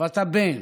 שפת בן",